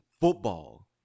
football